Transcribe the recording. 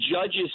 judges